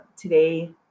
Today